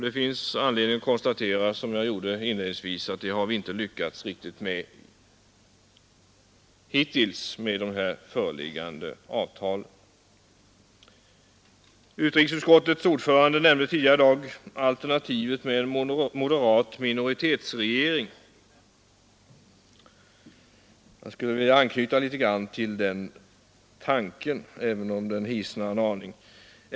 Det finns anledning att, som jag inledningsvis gjorde, konstatera att vi inte lyckats riktigt med detta hittills när det gäller de här föreliggande avtalen. Utrikesutskottets ordförande nämnde tidigare i dag alternativet med en moderat minoritetsregering. Jag skulle vilja anknyta till den tanken, även om den är hisnande.